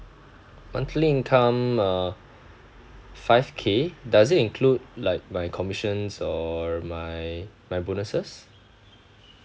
monthly income uh five K does it include like my commissions or my my bonuses